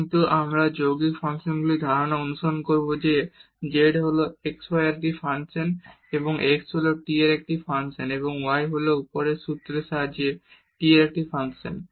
কিন্তু আমরা যৌগিক ফাংশনগুলির ধারণা অনুসরণ করব যে z হল x y এর একটি ফাংশন এবং x হল t এর একটি ফাংশন এবং y হল উপরের সূত্রের সাহায্যে t এর একটি ফাংশন